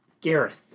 Gareth